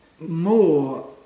more